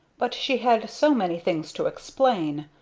but she had so many things to explain,